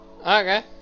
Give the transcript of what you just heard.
Okay